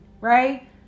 right